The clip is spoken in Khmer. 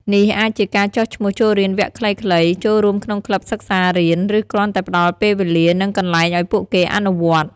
នេះអាចជាការចុះឈ្មោះចូលរៀនវគ្គខ្លីៗ ចូលរួមក្នុងក្លឹបសាលារៀន ឬគ្រាន់តែផ្តល់ពេលវេលា និងកន្លែងឲ្យពួកគេអនុវត្តន៍។